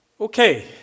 Okay